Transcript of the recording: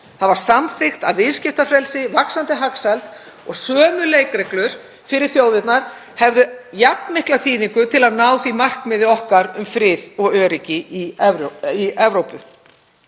einum saman. Aukið viðskiptafrelsi, vaxandi hagsæld og sömu leikreglur fyrir alla hefðu jafn mikla þýðingu til að ná því markmiði um frið og öryggi í Evrópu.